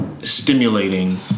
stimulating